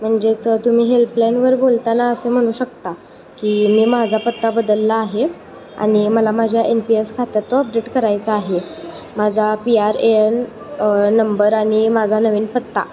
म्हणजेच तुम्ही हेल्पलाईनवर बोलताना असे म्हणू शकता की मी माझा पत्ता बदलला आहे आणि मला माझ्या एन पी एस खात्यात तो अपडेट करायचा आहे माझा P R A N number आणि माझा नवीन पत्ता